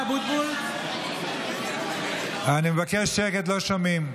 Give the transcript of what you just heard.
אני מבקש שקט, לא שומעים.